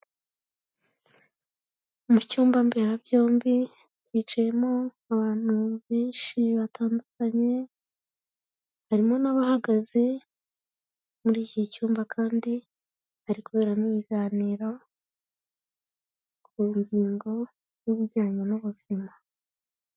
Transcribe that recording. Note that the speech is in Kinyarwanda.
Mu cyumba mberabyombi byicayemo abantu benshi batandukanye, harimo n'abahagaze, muri iki cyumba kandi hari kuberamo ibiganiro, ku ngingo y'ibijyanye n'ubuzima.